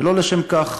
ולא לשם כך